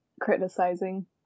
criticizing